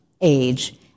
age